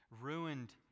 ruined